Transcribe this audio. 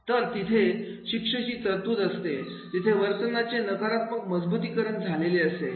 तर जिथे शिक्षेची तरतूद असते तिथे वर्तनाचे नकारात्मक मजबुतीकरण झालेली असेल